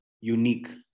unique